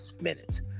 minutes